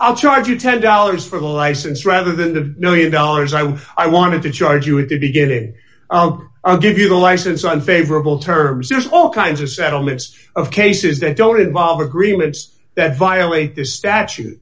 i'll charge you ten dollars for the license rather than the one million dollars i i wanted to charge you with it to get it i'll give you the license on favorable terms there's all kinds of settlements of cases that don't involve agreements that violate the